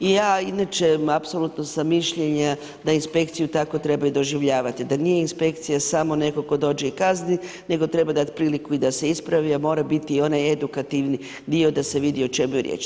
Ja inače apsolutno sam mišljenja da inspekciju tako treba i doživljavati, da nije inspekcija samo netko tko dođe i kazni, nego treba dati priliku i da se ispravi a moram biti i onaj edukativni dio da se vidi o čemu je riječ.